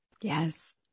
Yes